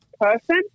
person